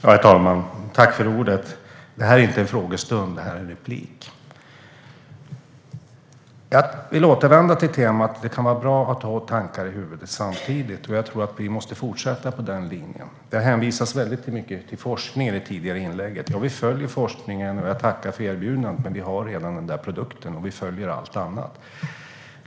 Herr talman! Detta är inte en frågestund utan en replik. Jag vill återvända till temat att det kan vara bra att ha två tankar i huvudet samtidigt. Jag tror att vi måste fortsätta på den linjen. Det hänvisades mycket till forskning i det tidigare inlägget. Vi följer forskningen. Jag tackar för erbjudandet, men den produkten har vi redan. Vi följer också allt annat.